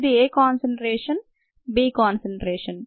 ఇది A concentration B concentration